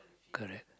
correct